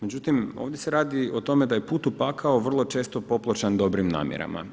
Međutim ovdje se radi o tome da je put u pakao vrlo često popločan dobrim namjerama.